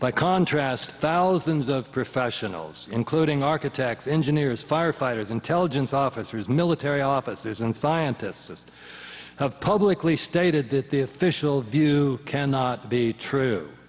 by contrast thousands of professionals including architects engineers firefighters intelligence officers military officers and scientists have publicly stated that the official view cannot be true